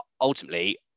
ultimately